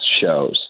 shows